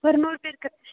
ஒரு நூறு பேருக்கு